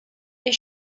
est